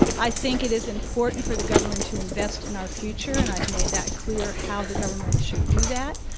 i think it is important for the government to invest in our future and i've made that clear how the government should do that.